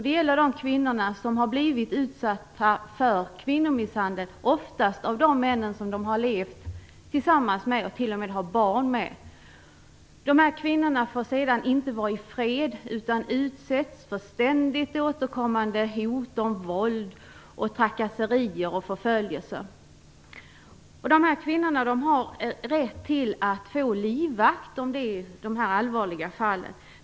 Det är de kvinnor som har blivit utsatta för kvinnomisshandel, oftast av de män som de har levt och t.o.m. har barn med. Dessa kvinnor får inte vara i fred utan utsätts för ständigt återkommande hot om våld, trakasserier och förföljelse. Dessa kvinnor har rätt till livvakt i allvarliga fall.